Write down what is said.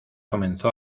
comenzó